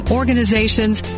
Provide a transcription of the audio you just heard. organizations